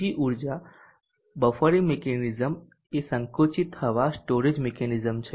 બીજી ઉર્જા buffering mechanism એ સંકુચિત હવા સ્ટોરેજ મિકેનિઝમ છે